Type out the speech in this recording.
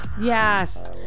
Yes